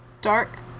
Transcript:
Dark